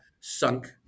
sunk